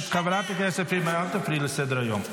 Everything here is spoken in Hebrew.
סגן השרה עונה, והשרה נמצאת בלי כל קשר.